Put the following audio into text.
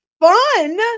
fun